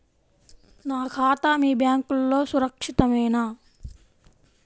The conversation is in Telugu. నా ఖాతా మీ బ్యాంక్లో సురక్షితమేనా?